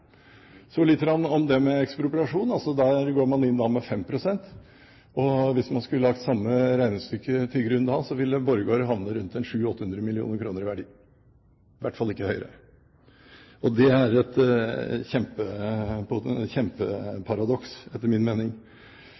Så litt om ekspropriasjon. Da går man inn med 5 pst. Hvis man skulle lagt samme regnestykke til grunn, ville Borregaard havnet på rundt 700–800 mill. kr i verdi – i hvert fall ikke høyere. Det er et kjempeparadoks, etter min mening.